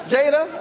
Jada